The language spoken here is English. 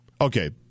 Okay